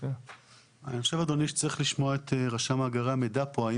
אני חושב שצריך לשמוע את רשם מאגרי המידע פה.